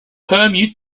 permute